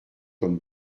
comme